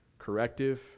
Corrective